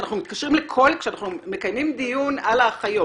שאנחנו מתקשרים לכל --- כשאנחנו מקיימים דיון על האחיות,